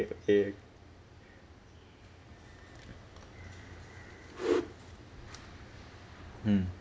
okay mm